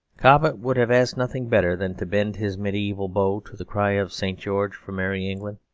cobbett would have asked nothing better than to bend his mediaeval bow to the cry of st. george for merry england,